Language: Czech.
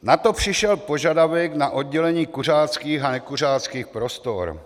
Nato přišel požadavek na oddělení kuřáckých a nekuřáckých prostor.